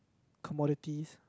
commodities